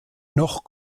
noch